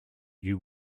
you